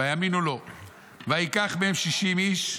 ויאמינו לו וייקח מהם שישים איש".